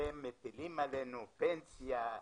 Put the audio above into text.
ומטילים עלינו פנסיה,